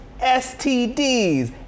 STDs